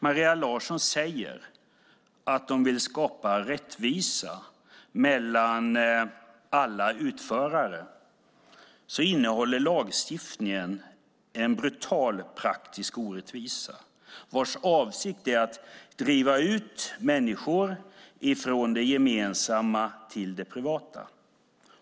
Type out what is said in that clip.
Maria Larsson säger att hon vill skapa rättvisa mellan alla utförare, men lagstiftningen innehåller en brutal praktisk orättvisa vars avsikt är att driva ut människor från det gemensamma till det privata.